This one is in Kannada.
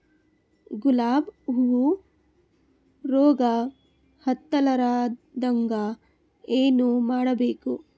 ಗುಲಾಬ್ ಹೂವು ರೋಗ ಹತ್ತಲಾರದಂಗ ಏನು ಮಾಡಬೇಕು?